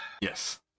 Yes